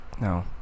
No